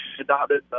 adopted